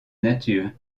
nature